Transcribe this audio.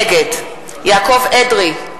נגד יעקב אדרי,